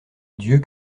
dieu